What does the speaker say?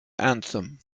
anthem